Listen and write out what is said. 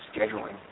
scheduling